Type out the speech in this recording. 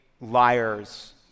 liars